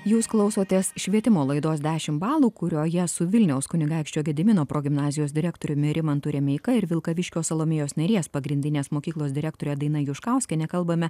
jūs klausotės švietimo laidos dešimt balų kurioje su vilniaus kunigaikščio gedimino progimnazijos direktoriumi rimantu remeika ir vilkaviškio salomėjos nėries pagrindinės mokyklos direktore daina juškauskiene kalbame